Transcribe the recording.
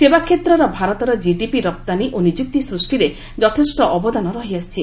ସେବାକ୍ଷେତ୍ରର ଭାରତର କ୍ଷିଡିପି ରପ୍ତାନୀ ଓ ନିଯୁକ୍ତି ସୂଷ୍ଟିରେ ଯଥେଷ୍ଟ ଅବଦାନ ରହିଆସିଛି